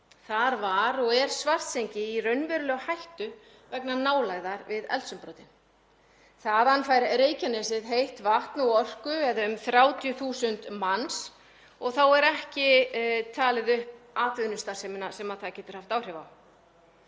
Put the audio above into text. Þar var og er Svartsengi í raunverulegri hættu vegna nálægðar við eldsumbrotin. Þaðan fær Reykjanesið heitt vatn og orku eða um 30.000 manns og þá er ekki talin atvinnustarfsemin sem þetta getur haft áhrif á.